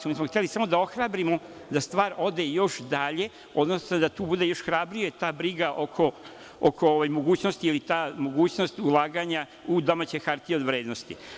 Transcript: Mi smo samo hteli da ohrabrimo da stvar ode i još dalje, odnosno da tu bude još hrabrija ta briga oko mogućnosti ili ta mogućnost ulaganja u domaće hartije od vrednosti.